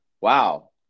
wow